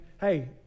hey